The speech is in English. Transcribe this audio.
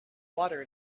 water